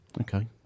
Okay